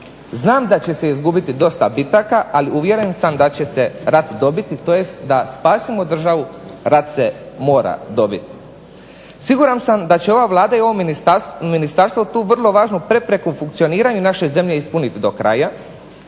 Znam da će se izgubiti dosta bitaka, ali uvjeren sam da će se rat dobiti, tj. da spasimo državu rat se mora dobiti. Siguran sam da će ova Vlada i ovo ministarstvo tu vrlo važnu prepreku funkcioniranju naše zemlje ispuniti do kraja,